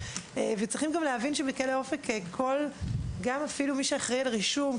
וצריכים גם להבין שבכלא אופק גם אפילו מי שאחראי על רישום,